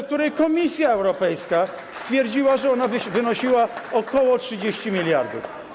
Komisja Europejska stwierdziła, że ona wynosiła ok. 30 mld.